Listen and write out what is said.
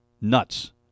Nuts